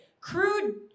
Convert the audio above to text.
crude